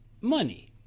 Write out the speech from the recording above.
money